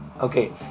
okay